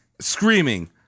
screaming